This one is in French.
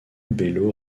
bello